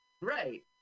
Right